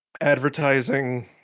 advertising